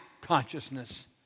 consciousness